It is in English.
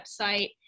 website